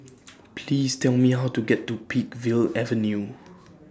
Please Tell Me How to get to Peakville Avenue